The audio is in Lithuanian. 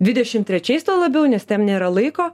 dvidešim trečiais tuo labiau nes tem nėra laiko